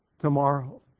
Tomorrow